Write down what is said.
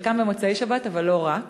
וחלקם במוצאי-שבת, אבל לא רק,